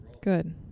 Good